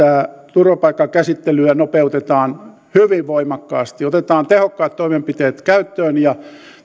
turvapaikkakäsittelyä nopeutetaan hyvin voimakkaasti otetaan tehokkaat toimenpiteet käyttöön ja